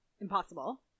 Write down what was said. impossible